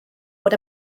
bod